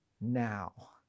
now